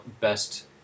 best